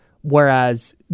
Whereas